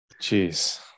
Jeez